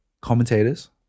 commentators